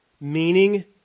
meaning